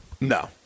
No